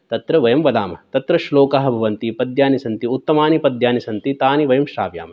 तत्र वयं वदामः तत्र श्लोकाः भवन्ति पद्यानि सन्ति उत्तमानि पद्यानि सन्ति तानि वयं श्रावयामः